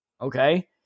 Okay